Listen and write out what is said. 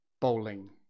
bowling